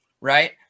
right